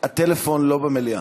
הטלפון לא במליאה.